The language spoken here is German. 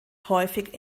häufig